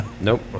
Nope